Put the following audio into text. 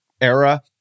era